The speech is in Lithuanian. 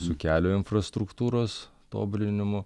su kelio infrastruktūros tobulinimu